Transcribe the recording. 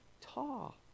tall